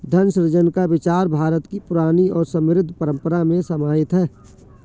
धन सृजन का विचार भारत की पुरानी और समृद्ध परम्परा में समाहित है